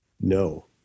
No